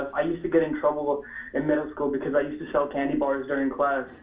i used to get in trouble in middle school because i used to sell candy bars during class.